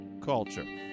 culture